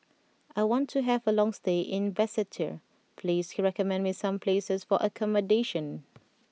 I want to have a long stay in Basseterre please recommend me some places for accommodation